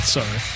Sorry